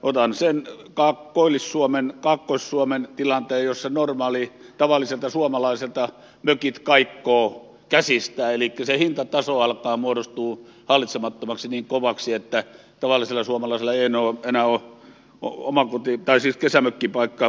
otan sen koillis suomen kaakkois suomen tilanteen jossa normaalilta tavalliselta suomalaiselta mökit kaikkoavat käsistä elikkä se hintataso alkaa muodostua hallitsemattomaksi niin kovaksi että tavallisella suomalaisella ei enää ole kesämökkipaikkamahdollisuuksia